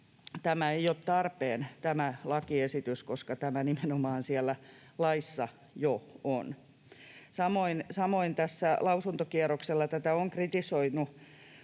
tämä lakiesitys ei ole tarpeen, koska tämä nimenomaan siellä laissa jo on. Samoin tässä lausuntokierroksella tätä ovat kritisoineet